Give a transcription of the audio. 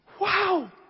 Wow